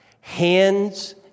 hands